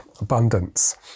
abundance